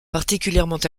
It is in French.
particulièrement